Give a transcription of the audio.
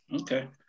Okay